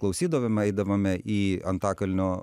klausydavome eidavome į antakalnio